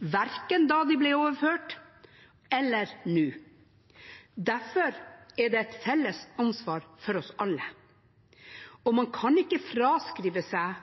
verken da de ble overført eller nå. Derfor er det et felles ansvar for oss alle. Man kan ikke fraskrive seg